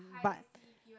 but